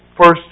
first